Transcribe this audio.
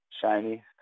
shiny